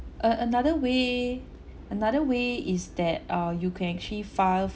uh another way another way is that uh you can actually file